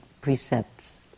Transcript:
precepts